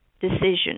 decision